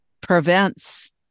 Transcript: prevents